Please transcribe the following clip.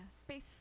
space